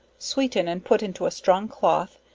sweeten and put into a strong cloth,